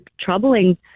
troubling